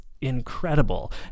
incredible